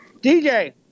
DJ